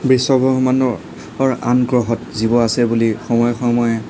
বিশ্বব্ৰহ্মাণ্ডৰ আন গ্ৰহত জীৱ আছে বুলি সময়ে সময়ে